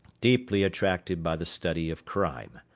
deeply attracted by the study of crime,